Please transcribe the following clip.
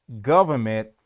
government